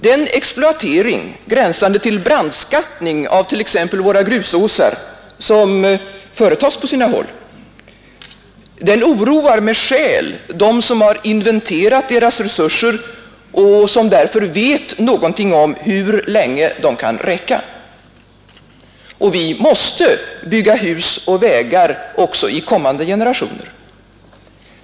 Den exploatering, gränsande till brandskattning, av t.ex. våra grusåsar som företas på sina håll oroar med skäl dem som har inventerat deras resurser och som därför vet någonting om hur länge de kan räcka. Vi måste bygga hus och vägar också i kommande generationer.